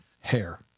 hair